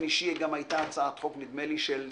אישי גם הייתה הצעת חוק של "צלול",